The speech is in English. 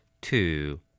Two